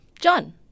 John